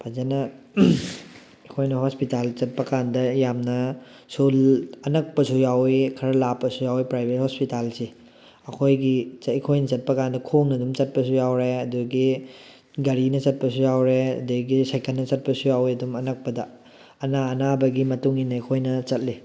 ꯐꯖꯅ ꯑꯩꯈꯣꯏꯅ ꯍꯣꯁꯄꯤꯇꯥꯜ ꯆꯠꯄ ꯀꯥꯟꯗ ꯑꯩꯅ ꯌꯥꯝꯅ ꯑꯅꯛꯄꯁꯨ ꯌꯥꯎꯋꯤ ꯈꯔ ꯂꯥꯞꯄꯁꯨ ꯌꯥꯎꯋꯤ ꯄ꯭ꯔꯥꯏꯚꯦꯠ ꯍꯣꯁꯄꯤꯇꯥꯜꯁꯤ ꯑꯩꯈꯣꯏꯒꯤ ꯑꯩꯈꯣꯏꯅ ꯆꯠꯄ ꯀꯥꯟꯗ ꯈꯣꯡꯅ ꯑꯗꯨꯝ ꯆꯠꯄꯁꯨ ꯌꯥꯎꯔꯦ ꯑꯗꯨꯗꯒꯤ ꯒꯥꯔꯤꯅ ꯆꯠꯄꯁꯨ ꯌꯥꯎꯔꯦ ꯑꯗꯒꯤ ꯁꯥꯏꯀꯜꯅ ꯆꯠꯄꯁꯨ ꯌꯥꯎꯋꯦ ꯑꯗꯨꯝ ꯑꯅꯛꯄꯗ ꯑꯅꯥ ꯑꯅꯥꯕꯒꯤ ꯃꯇꯨꯡꯏꯟꯅ ꯑꯩꯈꯣꯏꯅ ꯆꯠꯂꯤ